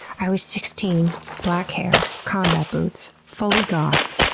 i was sixteen, black hair, combat boots, fully goth,